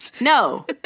no